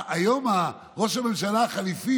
היום ראש הממשלה החליפי,